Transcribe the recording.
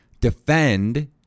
defend